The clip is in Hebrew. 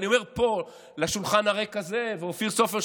אבל אני אומר פה לשולחן הריק הזה ולאופיר סופר,